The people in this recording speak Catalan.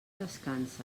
descansa